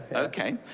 ok.